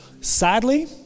Sadly